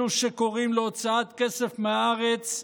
אלו שקוראים להוצאת כסף מהארץ,